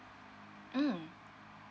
mm